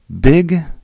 big